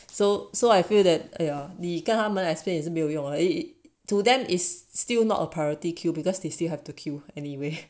so so I feel that yeah 你跟他们 explain 也是没有用 to them is still not a priority queue because they still have to queue anyway